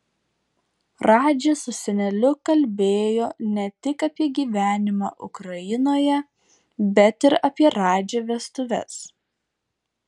radži su seneliu kalbėjo ne tik apie gyvenimą ukrainoje bet ir apie radži vestuves